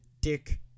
Dick